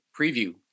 preview